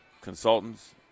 consultants